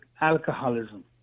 alcoholism